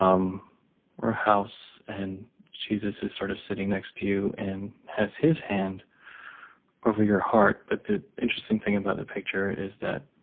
um or a house. and jesus is sort of sitting next to you and has his hand over your heart. but the interesting thing about the picture is that